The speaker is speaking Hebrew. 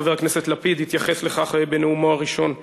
חבר הכנסת לפיד התייחס לכך בנאומו הראשון,